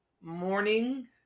morning